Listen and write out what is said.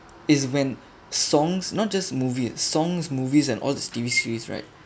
is when songs not just movies songs movies and all the T_V series right